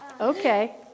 Okay